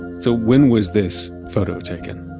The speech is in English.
so when was this photo taken?